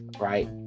right